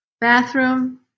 bathroom